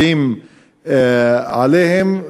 יודעות עליו,